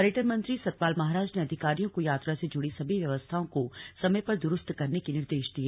पर्यटन मंत्री सतपाल महाराज ने अधिकारियों को यात्रा से जुड़ी सभी व्यवस्थाओं को समय पर द्रुस्त करने के निर्देश दिए